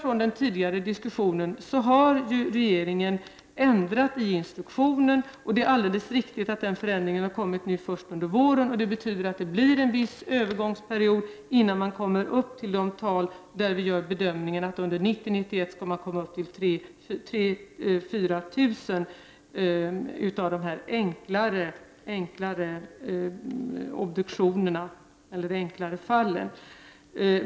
Regeringen har ändrat i instruktionen, och det är alldeles riktigt att den förändringen har skett först nu under våren. Det betyder att det blir en viss övergångsperiod innan man under 1990/91 når fram till att det i 3 000 å 4 000 fall skall vara möjligt att införa enklare rutiner.